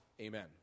Amen